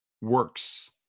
works